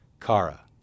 Kara